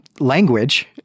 Language